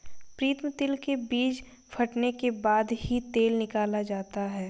प्रीतम तिल के बीज फटने के बाद ही तेल निकाला जाता है